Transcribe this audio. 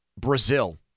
Brazil